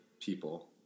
people